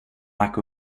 lack